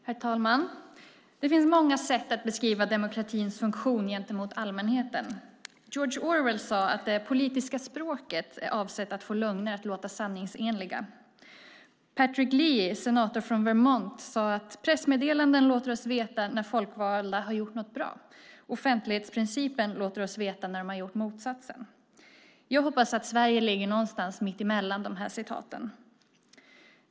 Herr talman! Det finns många sätt att beskriva demokratins funktion gentemot allmänheten. George Orwell sade att det politiska språket är avsett att få lögner att låta sanningsenliga. Patrick Leahy, senator från Vermont, sade att pressmeddelanden låter oss veta när folkvalda har gjort något bra - offentlighetsprincipen låter oss veta när de har gjort motsatsen. Jag hoppas att Sverige ligger någonstans mittemellan dessa citat.